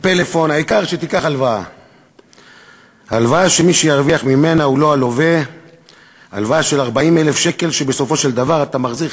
ללכוד לווים שייטלו הלוואות שבסוף מסבכות את